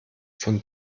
von